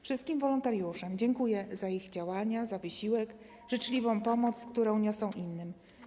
Wszystkim wolontariuszom dziękuję za ich działania, za wysiłek, życzliwą pomoc, którą niosą innym.